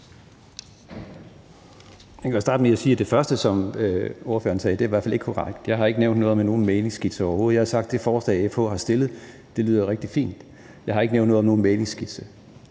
Jeg kan starte med at sige, at det første, som ordføreren sagde, i hvert fald ikke er korrekt. Jeg har ikke nævnt noget om nogen mæglingsskitse, overhovedet ikke. Jeg har sagt, at det forslag, FH har stillet, lyder rigtig fint. Jeg har ikke nævnt noget om nogen mæglingsskitse.